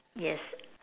yes